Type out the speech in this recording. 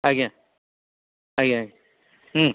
ଆଜ୍ଞା ଆଜ୍ଞା ଆଜ୍ଞା ହୁଁ